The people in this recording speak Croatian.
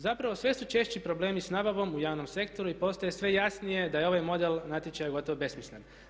Zapravo sve su češći problemi s nabavom u javnom sektoru i postaje sve jasnije da je ovaj model natječaja gotovo besmislen.